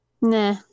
Nah